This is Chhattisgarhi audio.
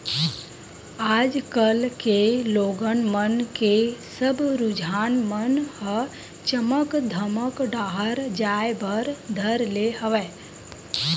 आज कल के लोगन मन के सब रुझान मन ह चमक धमक डाहर जाय बर धर ले हवय